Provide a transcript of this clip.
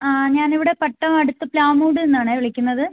ആ ഞാൻ ഇവിടെ പട്ടം അടുത്ത് പ്ലാമൂടിൽ നിന്നാണ് വിളിക്കുന്നത്